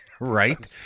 Right